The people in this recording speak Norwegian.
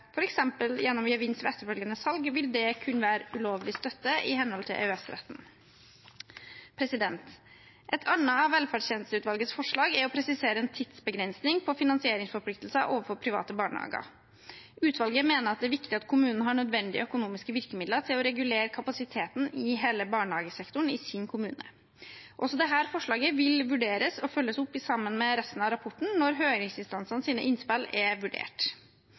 gjennom gevinst ved etterfølgende salg, vil det kunne være ulovlig støtte i henhold til EØS-retten. Et annet av velferdstjenesteutvalget forslag er å presisere en tidsbegrensning på finansieringsforpliktelser overfor private barnehager. Utvalget mener det er viktig at kommunene har nødvendige økonomiske virkemidler til å regulere kapasiteten i hele barnehagesektoren i sin kommune. Også dette forslaget vil vurderes og følges opp sammen med resten av rapporten når høringsinstansenes innspill er vurdert.